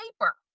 paper